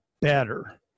better